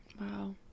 Wow